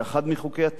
אחד מחוקי הטבע,